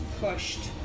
pushed